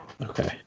okay